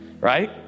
right